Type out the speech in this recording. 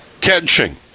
Catching